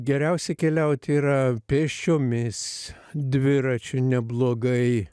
geriausia keliaut yra pėsčiomis dviračiu neblogai